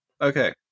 okay